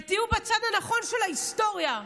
ותהיו בצד הנכון של ההיסטוריה,